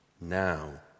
Now